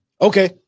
Okay